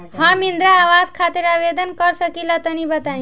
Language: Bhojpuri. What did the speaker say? हम इंद्रा आवास खातिर आवेदन कर सकिला तनि बताई?